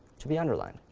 to be underlined.